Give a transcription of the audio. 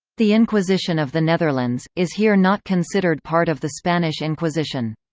the inquisition of the netherlands, is here not considered part of the spanish inquisition.